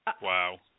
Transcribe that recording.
Wow